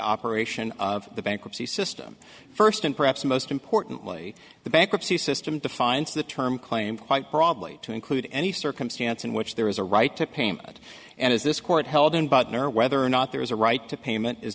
operation of the bankruptcy system first and perhaps most importantly the bankruptcy system defines the term claim quite broadly to include any circumstance in which there is a right to payment and as this court held in butner whether or not there is a right to payment is